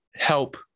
help